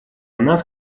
нас